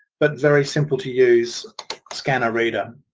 but very simple to use scanner reader.